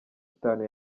itanu